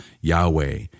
Yahweh